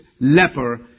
leper